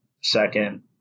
second